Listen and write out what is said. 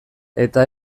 eta